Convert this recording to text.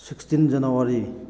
sixteen January